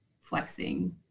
flexing